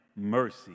mercy